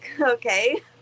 Okay